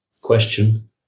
Question